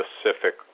specific